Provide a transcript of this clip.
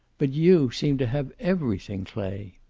but you seem to have everything, clay.